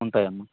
ఉంటాయి అమ్మా